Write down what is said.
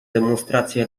demonstracje